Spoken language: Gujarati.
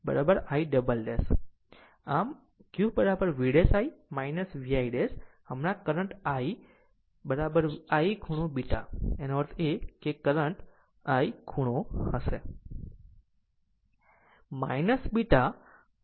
આમ Q V ' i VI ' હમણાં કરંટ I ખૂણો β એનો અર્થ એ કે કરંટ I ખૂણો હશે